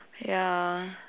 ya